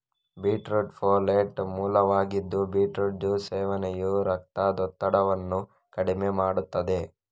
beetroot folate ಮೂಲವಾಗಿದ್ದು beetroot juice ಸೇವನೆಯು ರಕ್ತದೊತ್ತಡವನ್ನು ಕಡಿಮೆ ಮಾಡುತ್ತದೆ